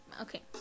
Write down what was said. Okay